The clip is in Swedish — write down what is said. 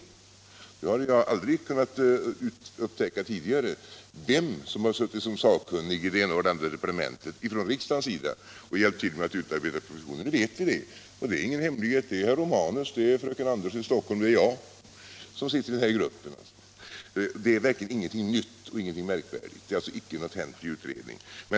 Tidigare har man aldrig kunnat upptäcka vem från riksdagen som har suttit såsom sakkunnig i det ena eller andra departementet och hjälpt till med att utarbeta propositioner. Nu vet vi det. Det är ingen hemlighet vilka de sakkunniga är: herr Romanus, fröken Andersson i Stockholm och jag.